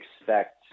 expect